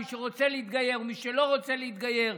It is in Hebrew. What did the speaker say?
למי שרוצה להתגייר ולמי שלא רוצה להתגייר.